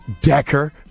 Decker